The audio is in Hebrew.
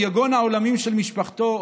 יגון העולמים של משפחתו,